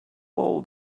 old